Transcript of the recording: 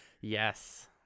Yes